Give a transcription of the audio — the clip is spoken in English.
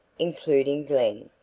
including glen.